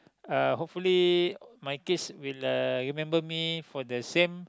uh hopefully my kids will uh remember me for the same